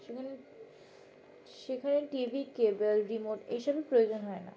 সেখানে সেখানে TV cable remote এইসবের প্রয়োজন হয় না